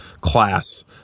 class